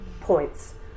points